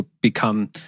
become